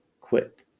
quit